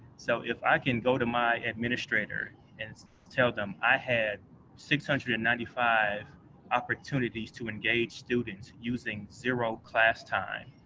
so, if i can go to my administrator and tell them i had six hundred and ninety five opportunities to engage students using zero class time,